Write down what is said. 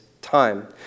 time